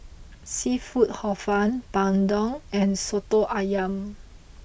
Seafood Hor Fun Bandung and Soto Ayam